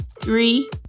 Three